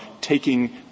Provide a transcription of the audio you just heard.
taking